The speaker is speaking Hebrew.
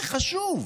זה חשוב.